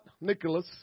Nicholas